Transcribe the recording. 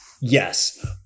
yes